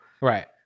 Right